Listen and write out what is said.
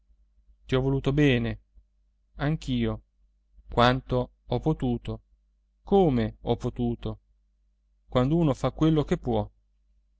ho voluto bene anch'io quanto ho potuto come ho potuto quando uno fa quello che può